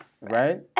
right